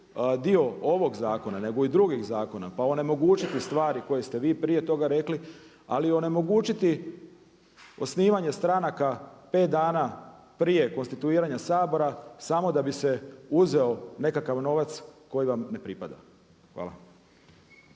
dio ovog zakona, nego i drugih zakona pa onemogućiti stvari koje ste vi prije toga rekli, ali onemogućiti osnivanje stranaka pet dana prije konstituiranja Sabora samo da bi se uzeo nekakav novac koji vam ne pripada. Hvala.